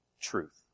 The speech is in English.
truth